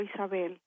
Isabel